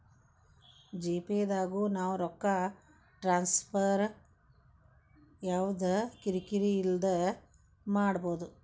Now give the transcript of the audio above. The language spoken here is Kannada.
ಜಿ.ಪೇ ದಾಗು ನಾವ್ ರೊಕ್ಕ ಟ್ರಾನ್ಸ್ಫರ್ ಯವ್ದ ಕಿರಿ ಕಿರಿ ಇಲ್ದೆ ಮಾಡ್ಬೊದು